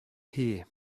here